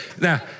Now